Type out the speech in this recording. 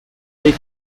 drake